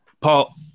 Paul